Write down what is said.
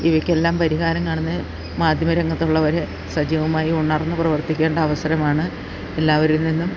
ഇവയ്ക്കെല്ലാം പരിഹാരം കാണുന്നത് മാധ്യമ രംഗത്തുള്ളവർ സജീവമായി ഉണർന്ന് പ്രവർത്തിക്കേണ്ട അവസരമാണ് എല്ലാവരിൽ നിന്നും